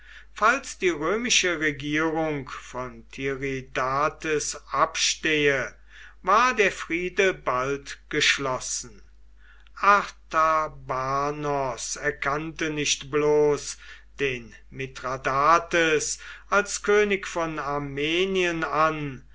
falls die römische regierung von tiridates abstehe war der friede bald geschlossen artabanos erkannte nicht bloß den mithradates als könig von armenien an